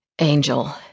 Angel